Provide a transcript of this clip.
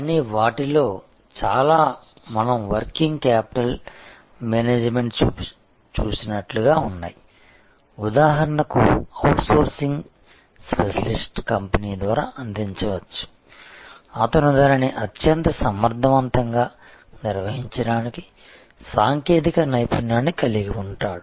కానీ వాటిలో చాలా మనం వర్కింగ్ క్యాపిటల్ మేనేజ్మెంట్ చూసినట్లుగా ఉన్నాయి ఉదాహరణకు అవుట్సోర్సింగ్ స్పెషలిస్ట్ కంపెనీ ద్వారా అందించవచ్చు అతను దానిని అత్యంత సమర్ధవంతంగా నిర్వహించడానికి సాంకేతిక నైపుణ్యాన్ని కలిగి ఉంటాడు